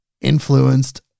influenced